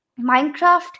Minecraft